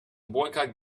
boycott